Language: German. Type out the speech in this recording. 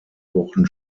wochen